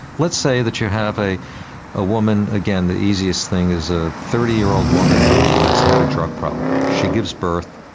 let's say that you have a a woman, again, the easiest thing is a thirty year old woman who has had a drug problem. she gives birth,